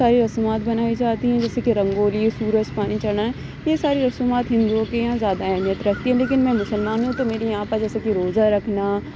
ساری رسومات بنائی جاتی ہیں جیسے کہ رنگولی ہے سورج پانی چڑھنا ہے یہ ساری رسومات ہندوؤں کے یہاں زیادہ اہمیت رکھتی ہیں لیکن میں مسلمان ہوں تو میرے یہاں پر جیسے کہ روزہ رکھنا